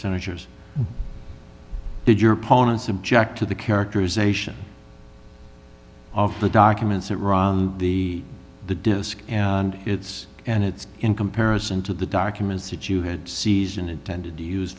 senators did your opponents object to the characterization of the documents that ron the the disk and it's and it's in comparison to the documents that you had season intended